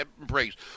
embrace